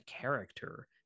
character